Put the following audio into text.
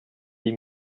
dix